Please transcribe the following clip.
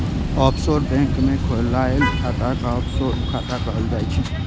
offshore bank मे खोलाएल खाता कें ऑफसोर खाता कहल जाइ छै